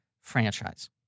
franchise